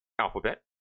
Alphabet